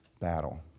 battle